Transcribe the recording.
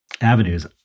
avenues